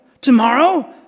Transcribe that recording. Tomorrow